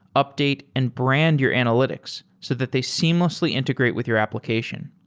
update and brand your analytics so that they seamlessly integrate with your application.